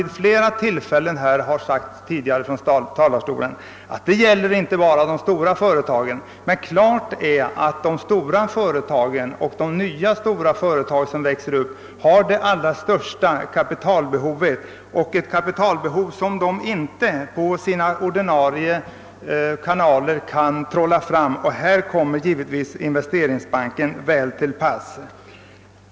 Detta gäller — som jag sagt flera gånger tidigare — inte bara de stora företagen, men de stora företagen och de nya stora företag som växer upp har det största kapitalbehovet, vilket de inte på sina ordinarie kanaler kan trolla fram medel för att täcka. Här kommer givetvis Investeringsbanken väl till pass.